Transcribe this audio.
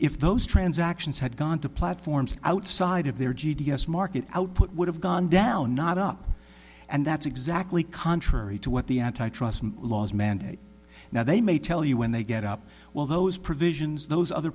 if those transactions had gone to platforms outside of there g d s market output would have gone down not up and that's exactly contrary to what the antitrust laws mandate now they may tell you when they get up well those provisions those other